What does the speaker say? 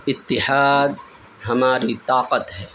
اتحاد ہماری طاقت ہے